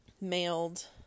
mailed